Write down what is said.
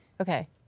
Okay